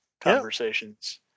conversations